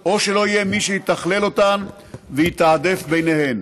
או שלא יהיה מי שיתכלל אותן ויתעדף ביניהן.